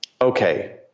okay